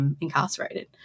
incarcerated